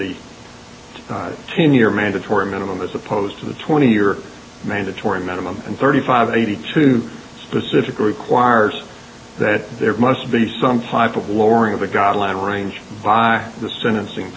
the ten year mandatory minimum as opposed to the twenty year mandatory minimum and thirty five eighty two specific requires that there must be some type of lowering of the guideline range by the sentencing